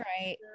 right